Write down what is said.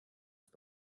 ist